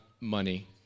money